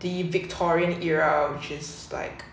the victorian era which is like